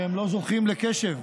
והם לא זוכים לקשב.